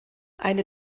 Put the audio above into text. eine